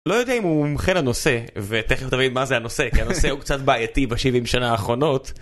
לא יודע אם הוא מומחה לנושא ותכף תבין מה זה הנושא כי הנושא הוא קצת בעייתי בשבעים שנה האחרונות.